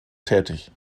tätig